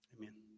amen